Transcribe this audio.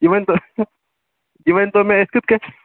یہِ ؤنۍتو یہِ ؤنۍتَو مےٚ أسۍ کِتھٕ کٔنۍ